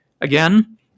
again